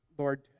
Lord